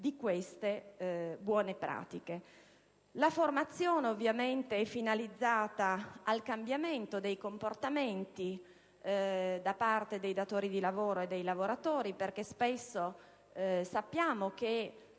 delle stesse. La formazione è ovviamente finalizzata al cambiamento dei comportamenti da parte dei datori di lavoro e dei lavoratori, perché sappiamo che